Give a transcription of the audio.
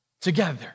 together